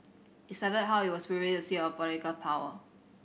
it cited how it was previously a seat of political power